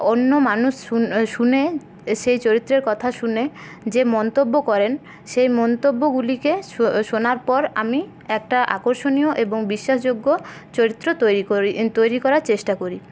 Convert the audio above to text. অন্য মানুষ শুনে সেই চরিত্রের কথা শুনে যে মন্তব্য করেন সেই মন্তবগুলিকে শোনার পর আমি একটা আকর্ষণীয় এবং বিশ্বাসযোগ্য চরিত্র তৈরি করি তৈরি করার চেষ্টা করি